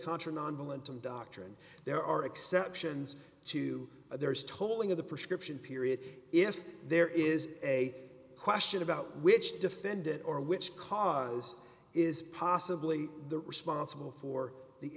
contra nonviolent and doctrine there are exceptions to there is tolling of the prescription period if there is a question about which defendant or which cause is possibly the responsible for the